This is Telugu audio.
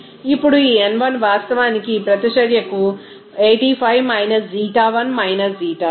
ఇప్పుడు ఈ n1 వాస్తవానికి ఈ ప్రతిచర్యకు 85 ξ1 ξ2